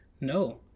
No